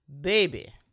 baby